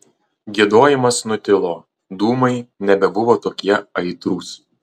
giedojimas nutilo dūmai nebebuvo tokie aitrūs